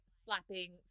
slapping